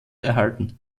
erhalten